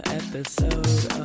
episode